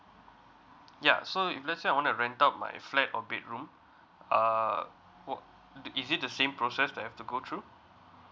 ya so if let's say I want to rent out my flat or bedroom uh will is it the same process that I've to go through